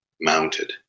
mounted